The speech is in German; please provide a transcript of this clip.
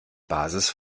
basis